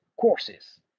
courses